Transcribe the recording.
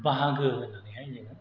बाहागो होननानैहाय जोङो